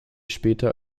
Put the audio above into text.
später